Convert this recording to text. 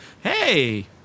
Hey